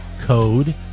Code